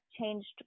changed